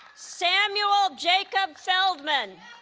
samuel jacob feldman